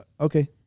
Okay